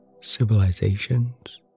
civilizations